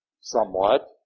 somewhat